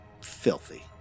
filthy